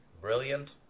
Brilliant